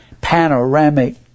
panoramic